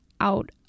out